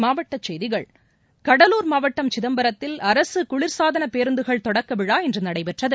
மாவட்டச் செய்திகள் கடலூர் மாவட்டம் சிதம்பரத்தில் அரசுகுளிர்சாதனபேருந்துகள் துவக்கவிழா இன்றுநடடபெற்றது